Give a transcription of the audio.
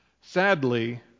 Sadly